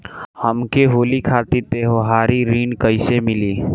हमके होली खातिर त्योहारी ऋण कइसे मीली?